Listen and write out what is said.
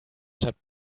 stadt